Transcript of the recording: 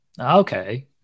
Okay